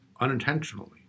unintentionally